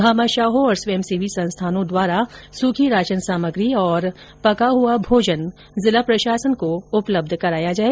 भामाशाहों और स्वंयसेवी संस्थाओं द्वारा सूखी राशन सामग्री और पका हुआ भोजन जिला प्रशासन को उपलब्ध कराया जाए